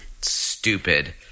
stupid